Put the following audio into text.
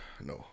No